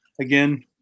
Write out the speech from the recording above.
Again